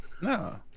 No